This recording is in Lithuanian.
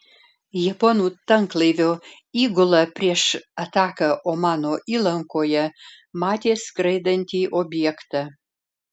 japonų tanklaivio įgula prieš ataką omano įlankoje matė skraidantį objektą